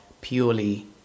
purely